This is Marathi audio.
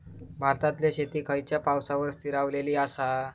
भारतातले शेती खयच्या पावसावर स्थिरावलेली आसा?